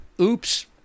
Oops